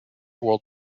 world